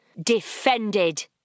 defended